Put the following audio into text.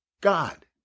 God